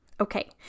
Okay